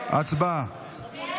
הצבעה.